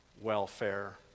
welfare